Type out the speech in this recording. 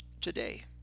today